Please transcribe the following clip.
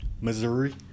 Missouri